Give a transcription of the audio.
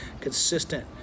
consistent